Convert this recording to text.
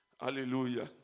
Hallelujah